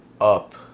Up